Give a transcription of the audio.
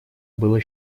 было